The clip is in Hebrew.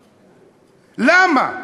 למה?